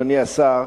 אדוני השר,